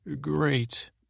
great